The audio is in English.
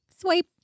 Swipe